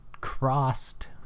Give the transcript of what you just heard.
crossed